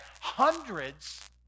hundreds